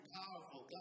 powerful